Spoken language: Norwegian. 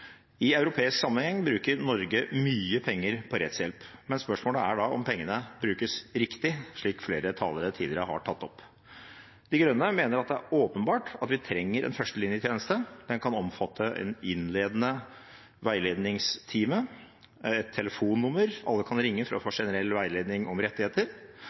I europeisk sammenheng bruker Norge mye penger på rettshjelp, men spørsmålet er om pengene brukes riktig, slik flere talere tidligere har tatt opp. De Grønne mener det er åpenbart at vi trenger en førstelinjetjeneste. Den kan omfatte en innledende veiledningstime, et telefonnummer alle kan ringe for å få generell veiledning om rettigheter,